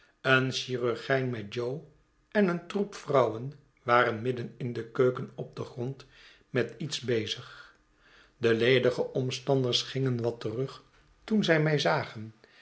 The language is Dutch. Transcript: een chirurgijn met jo en een troep vrouwen waren midden in de keuken op den grond met iets bezig de ledige omstanders gingen wat terug toen zj mij zagen